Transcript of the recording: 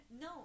No